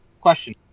Question